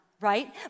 right